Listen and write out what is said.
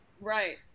right